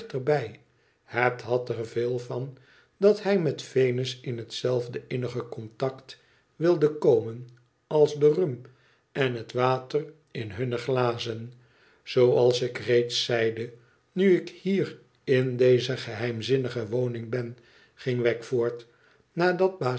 het had er veel van dat hij met venus in hetzelfde innige contact wilde komen als de rum en het water in hunne glazen zooals ik reeds zeide nu ik hier in deze geheimzinnige woning ben ging wegg voort nadat baas